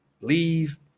Leave